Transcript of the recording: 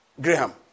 Graham